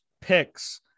Picks